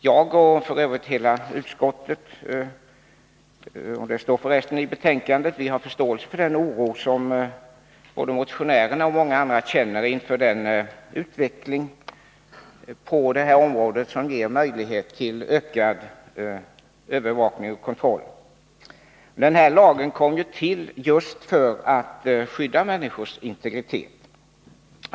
Jag och f. ö. hela utskottet — det står också i betänkandet — har förståelse för den oro som motionärerna och även många andra känner inför den utveckling på detta område som ger möjlighet till ökad övervakning och kontroll. Denna lag kom till just för att skydda människors integritet.